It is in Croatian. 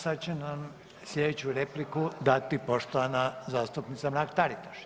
Sada će nam sljedeću repliku dati poštovana zastupnica Mrak Taritaš.